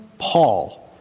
Paul